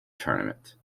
tournament